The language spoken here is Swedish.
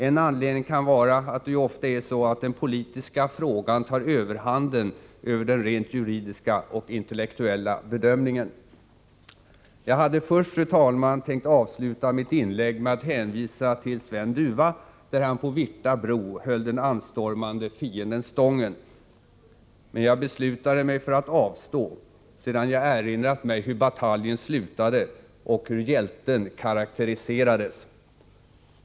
En anledning kan vara att det ju ofta är så att den politiska frågan tar överhanden över den rent juridiska och intellektuella bedömningen. Jag hade, fru talman, tänkt avsluta mitt inlägg med att hänvisa till Sven Dufva när han på Virta bro höll den anstormande fienden stången. Men jag bestämde mig för att avstå sedan jag erinrat mig hur bataljen slutade och hur hjälten karakteriserades.